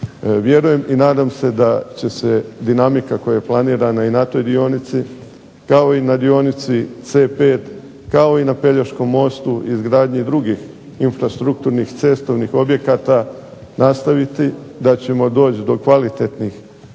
Vjerujem i nadam se da će se dinamika koja je planirana i na toj dionici, kao i na dionici C5, kao i na pelješkom mostu, izgradnji drugih infrastrukturnih cestovnih objekata nastaviti, da ćemo doći do kvalitetnih